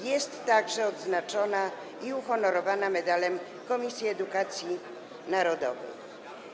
Jest także odznaczona i uhonorowana Medalem Komisji Edukacji Narodowej.